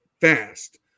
fast